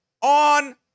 on